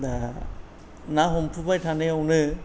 दा ना हमफुबाय थानायावनो